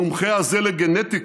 המומחה הזה לגנטיקה,